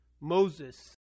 Moses